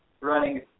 running